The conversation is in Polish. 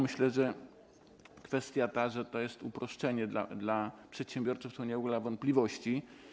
Myślę, że kwestia, że to jest uproszczenie dla przedsiębiorców, to nie ulega wątpliwości.